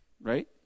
Right